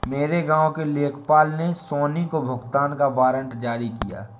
मेरे गांव के लेखपाल ने सोनी को भुगतान का वारंट जारी किया